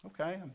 okay